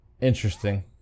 Interesting